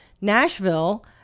nashville